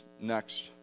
next